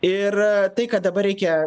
ir tai kad dabar reikia